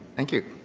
thank you.